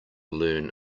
learn